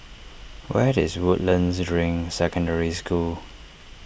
where is Woodlands Ring Secondary School